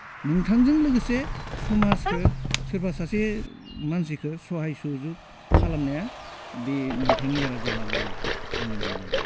नोंथांजों लोगोसे समाजखौ सोरबा सासे मानसिखौ सहाय सुजुग खालामनाया बे नोंथांनि जाना जालांगोन आरो आंनि मोनदांनायाव